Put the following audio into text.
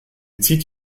zieht